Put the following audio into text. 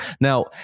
Now